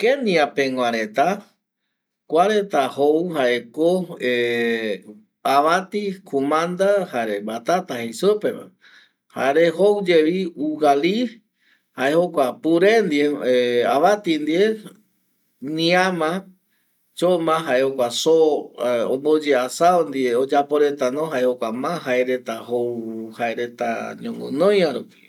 Kenia pegua reta kuareta jou jaeko avati, kumanda jare vatata jei supeva jare jouyevi uvali jae jokua peru ndie avati ndie miama, choma jae jekua soo omboyea asao ndie oyaporetano jae jokua ma jaereta jou ñoguinoiarupi